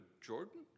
Jordan